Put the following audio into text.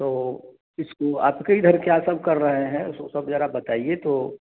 तो इसको आपके इधर क्या सब कर रहे हैं वो सब ज़रा बताइए तो